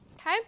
Okay